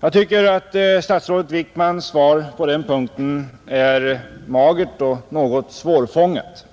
Jag tycker att statsrådet Wickmans svar på den punkten är magert och svårfångat.